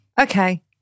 Okay